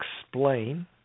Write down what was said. explain